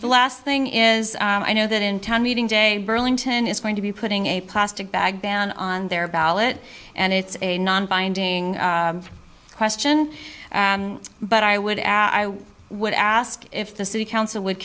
the last thing is i know that in town meeting day burlington is going to be putting a plastic bag ban on their ballot and it's a non binding question but i would add i would ask if the city council would